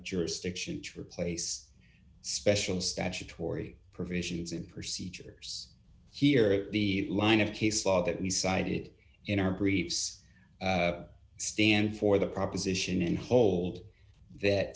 jurisdiction to replace special statutory provisions and proceed others hear the line of case law that we cited in our briefs stand for the proposition in hold that